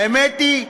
האמת היא,